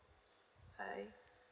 bye